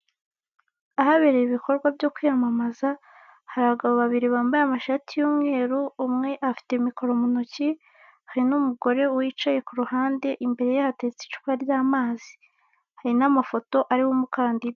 Ahabereye ibikorwa byo kwiyamamaza hari abagabo babiri bambaye amashati y'umweru ,umwe afite mikoro mu ntoki hari n'umugore wicaye ku ruhande, imbere ye hateretse icupa ry'amazi hari n'amafoto arimo umukandida.